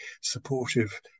supportive